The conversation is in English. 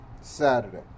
Saturday